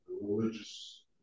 Religious